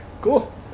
Cool